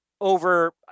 over